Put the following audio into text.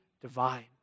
divine